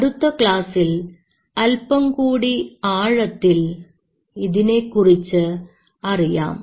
അടുത്ത ക്ലാസ്സിൽ അല്പം കൂടി ആഴത്തിൽ ഇതിനെക്കുറിച്ച് അറിയാം